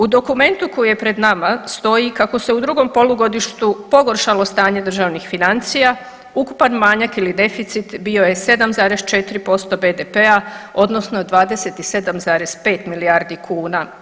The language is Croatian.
U dokumentu koji je pred nama stoji kako se u drugom polugodištu pogoršalo stanje državnih financija, ukupan manjak ili deficit bio je 7,4% BDP-a odnosno 27,5 milijardi kuna.